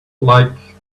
like